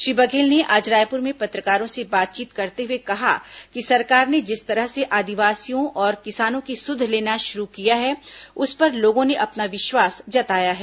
श्री बघेल ने आज रायपुर में पत्रकारों से बातचीत करते हुए कहा कि सरकार ने जिस तरह से आदिवासियों और किसानों की सुध लेना शुरू किया है उस पर लोगों ने अपना विश्वास जताया है